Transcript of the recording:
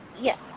Yes